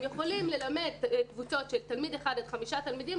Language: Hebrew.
הם יכולים ללמד קבוצות של תלמיד אחד עד חמישה תלמידים,